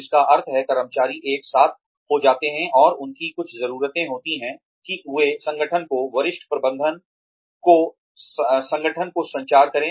जिसका अर्थ है कर्मचारी एक साथ हो जाते हैं और उनकी कुछ ज़रूरतें होती हैं कि वे संगठन को वरिष्ठ प्रबंधन को संगठन को संचार करें